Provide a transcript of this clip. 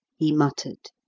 he muttered.